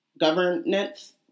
governance